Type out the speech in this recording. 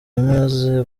yamaze